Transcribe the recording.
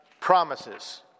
promises